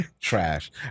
trash